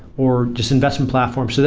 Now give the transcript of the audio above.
or just investment platform. so